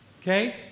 Okay